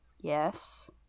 yes